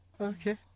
Okay